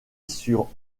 sur